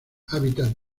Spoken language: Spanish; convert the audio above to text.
hábitat